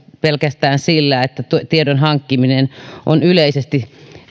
pelkästään sillä että tiedon hankkiminen on yleisesti